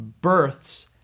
births